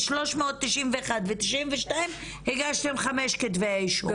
391 ו-92 הגשתם חמישה כתבי אישום,